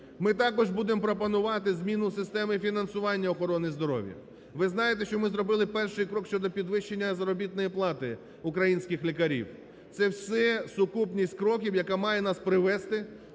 Ми також будемо пропонувати зміну систему фінансування охорони здоров'я. Ви знаєте, що ми зробили перший крок щодо підвищення заробітної плати українських лікарів. Це все сукупність кроків, яка має нас привести